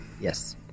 Yes